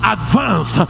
advance